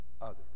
others